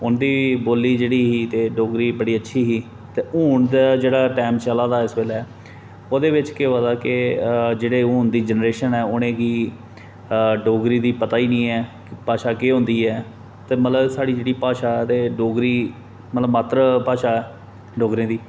उं'दी बोल्ली जेहड़ी ही ते डोगरी बड़ी अच्छी ही ते हून ते जेहड़ा अजकल टैम चला दे ऐ इस बेल्ले ओह्दे बिच केह् होआ दे के जेहड़े हून दी जनंरेशन ऐ उ'नेंगी डोगरी दा पता गा नेई ऐ भाशा केह् होंदी ऐ मतलब साड़ी जेहड़ी भाशा ऐ ते डोगरी मतलब मात्र भाशा ऐ डोगरे दी